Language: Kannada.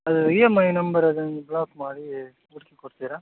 ಅದು ಇ ಎಮ್ ಐ ನಂಬರ್ ಅದನ್ನು ಬ್ಲಾಕ್ ಮಾಡಿ ಹುಡುಕಿ ಕೊಡ್ತೀರಾ